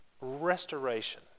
restoration